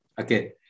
Okay